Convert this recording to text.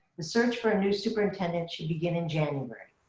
the search for a new superintendent should begin in january.